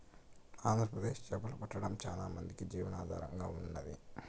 ఆంధ్రప్రదేశ్ చేపలు పట్టడం చానా మందికి జీవనాధారంగా ఉన్నాది